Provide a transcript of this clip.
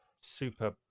super